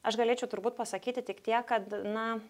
aš galėčiau turbūt pasakyti tik tiek kad na